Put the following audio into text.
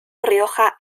rioja